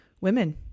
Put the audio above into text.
women